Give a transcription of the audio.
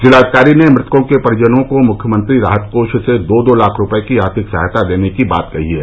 जिलाधिकारी ने मृतकों के परिजनों को मुख्यमंत्री राहत कोष से दो दो लाख रूपये की आर्थिक सहायता देने की बात कही है